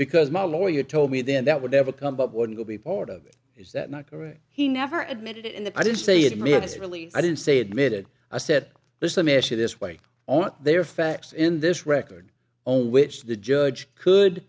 because my lawyer told me then that would never come but wouldn't be part of it is that not correct he never admitted it in the i didn't say it i mean it's really i didn't say admitted i said there's some issue this way on their facts in this record on which the judge could